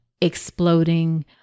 exploding